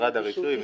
משרד הרישוי.